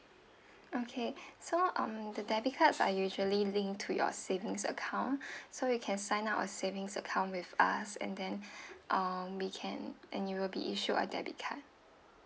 okay so um the debit cards are usually linked to your savings account so you can sign up a savings account with us and then uh we can and you will be issued a debit card